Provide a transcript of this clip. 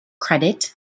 credit